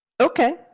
Okay